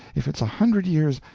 if it's a hundred years,